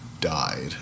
died